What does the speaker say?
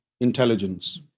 intelligence